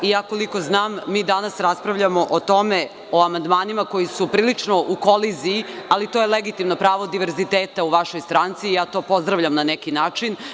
Koliko znam mi danas raspravljamo o tome, o amandmanima koji su prilično u koliziji, ali to je legitimno pravo diverziteta u vašoj stranci, ja to pozdravljam na neki način.